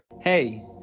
Hey